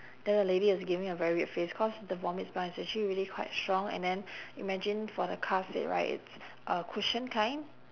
then the lady was giving me a very weird face cause the vomit smell is actually really quite strong and then imagine for the car seat right it's a cushion kind